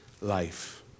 life